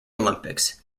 olympics